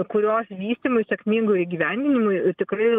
kurios vystymui sėkmingo įgyvendinimui tikrai